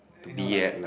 you know like